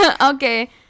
Okay